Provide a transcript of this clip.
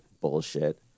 bullshit